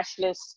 cashless